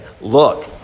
Look